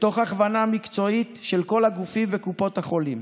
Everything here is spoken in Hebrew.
ותוך הכוונה מקצועית של כל הגופים וקופות החולים.